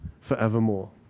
forevermore